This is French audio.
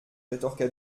rétorqua